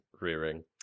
Rearing